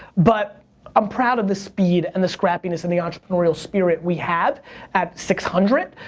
but i'm proud of the speed and the scrappiness and the entrepreneurial spirit we have at six hundred,